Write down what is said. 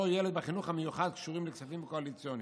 ילד בחינוך המיוחד קשורים לכספים הקואליציוניים?